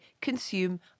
consume